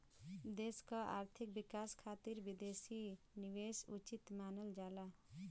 देश क आर्थिक विकास खातिर विदेशी निवेश उचित मानल जाला